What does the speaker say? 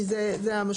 כי זה המשמעות.